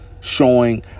showing